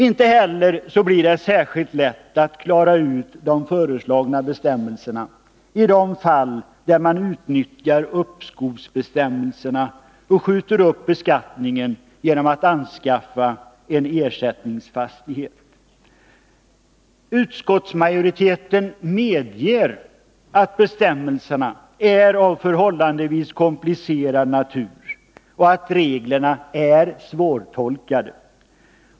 Men det blir inte heller särskilt lätt att klara ut de föreslagna bestämmelserna i de fall där man utnyttjar uppskovsbestämmelserna och skjuter upp beskattningen genom att anskaffa en ersättningsfastighet. Utskottsmajoriteten medger att bestämmelserna är av förhållandevis komplicerad natur och att reglerna är svårtolkade.